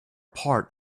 part